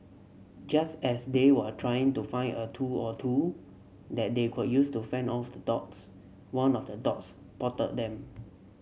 just as they were trying to find a tool or two that they could use to fend off the dogs one of the dogs potted them